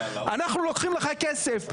אנחנו לוקחים לך כסף.